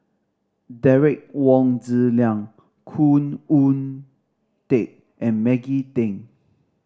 Derek Wong Zi Liang Khoo Oon Teik and Maggie Teng